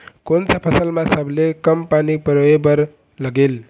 कोन सा फसल मा सबले कम पानी परोए बर लगेल?